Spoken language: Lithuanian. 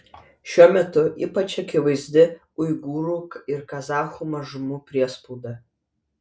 šiuo metu ypač akivaizdi uigūrų ir kazachų mažumų priespauda